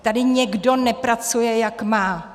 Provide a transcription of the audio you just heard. Tady někdo nepracuje, jak má!